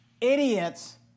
idiots